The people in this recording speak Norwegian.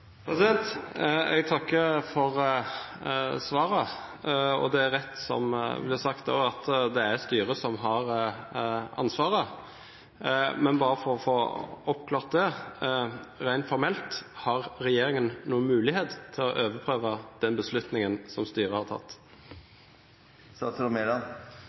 Jeg takker for svaret. Det er rett som det er sagt, at det er styret som har ansvaret. Men bare for å få det oppklart rent formelt: Har regjeringen noen mulighet til å overprøve den beslutningen som styret har tatt?